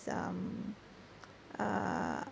um uh